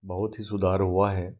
बहुत ही सुधार हुआ है